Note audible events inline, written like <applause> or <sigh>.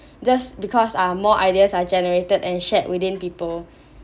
just because are more ideas are generated and shared within people <breath>